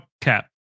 cap